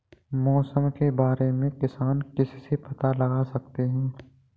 मौसम के बारे में किसान किससे पता लगा सकते हैं?